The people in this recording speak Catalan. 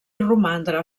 romandre